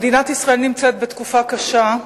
מדינת ישראל נמצאת בתקופה קשה,